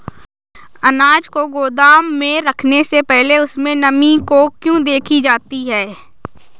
अनाज को गोदाम में रखने से पहले उसमें नमी को क्यो देखी जाती है?